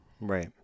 Right